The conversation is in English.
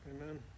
Amen